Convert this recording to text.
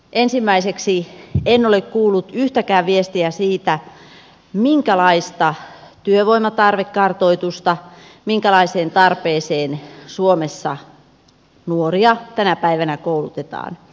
ensimmäiseksi en ole kuullut yhtäkään viestiä siitä minkälaista työvoimatarvekartoitusta tehdään minkälaiseen tarpeeseen suomessa nuoria tänä päivänä koulutetaan